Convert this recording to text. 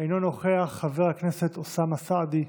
אינו נוכח, חבר הכנסת אוסאמה סעדי,